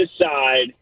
decide